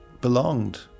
belonged